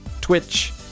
twitch